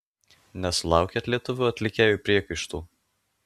nesulaukėt lietuvių atlikėjų priekaištų